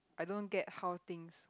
I don't get how things